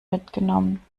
mitgenommen